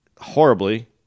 horribly